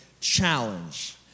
challenge